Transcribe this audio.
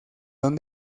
don